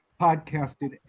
podcasted